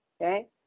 okay